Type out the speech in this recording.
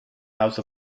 house